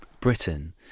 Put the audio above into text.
Britain